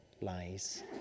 lies